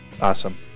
Awesome